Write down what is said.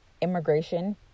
immigration